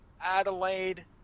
Adelaide